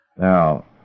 Now